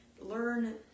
learn